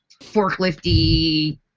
forklifty